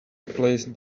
replaced